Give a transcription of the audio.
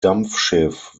dampfschiff